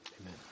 Amen